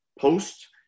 post